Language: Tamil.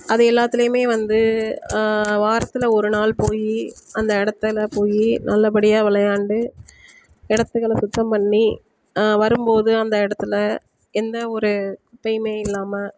அதை எல்லாத்துலேயுமே வந்து வாரத்தில் ஒரு நாள் போய் அந்த இடத்தல்ல போய் நல்லபடியாக விளையாண்டு இடத்துகள சுத்தம் பண்ணி வரும்போது அந்த இடத்துல எந்த ஒரு தீமை இல்லாமல்